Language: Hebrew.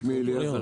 שמי אליעזר,